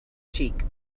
cheek